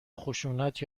خشونت